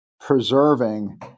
preserving